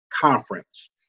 conference